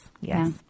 Yes